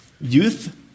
Youth